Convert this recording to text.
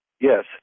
Yes